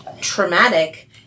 traumatic